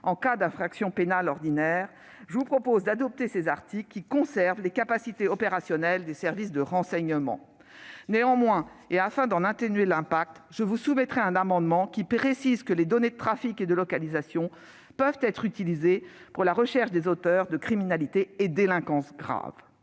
en cas d'infractions pénales ordinaires, je vous propose d'adopter ces articles qui maintiennent les capacités opérationnelles des services de renseignement. Néanmoins, afin d'en atténuer l'impact, je vous soumettrai un amendement visant à préciser que les données de trafic et de localisation peuvent être utilisées pour la recherche des auteurs d'actes de criminalité et de délinquance grave.